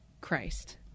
Christ